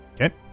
Okay